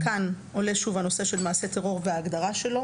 כאן עולה שוב הנושא של מעשה טרור וההגדרה שלו,